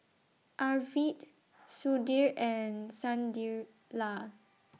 Arvind Sudhir and Sunderlal